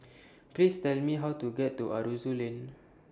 Please Tell Me How to get to Aroozoo Lane